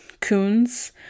Coons